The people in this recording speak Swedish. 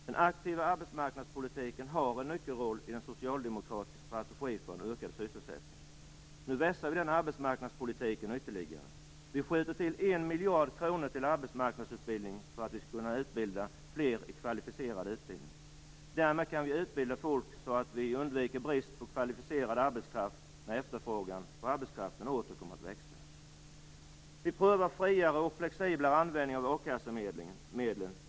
Den aktiva arbetsmarknadspolitiken spelar en nyckelroll i den socialdemokratiska strategin för ökad sysselsättning. Nu vässar vi den politiken ytterligare: Vi skjuter till 1 miljard kronor till arbetsmarknadsutbildning för att vi skall kunna ge fler en kvalificerad utbildning. Därmed kan vi utbilda folk så att vi undviker brist på kvalificerad arbetskraft när efterfrågan på arbetskraften åter ökar. Vi prövar en friare och flexiblare användning av a-kassemedlen.